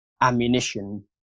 ammunition